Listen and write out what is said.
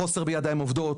חוסר בידיים עובדות,